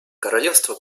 королевство